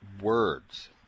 words